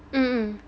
mmhmm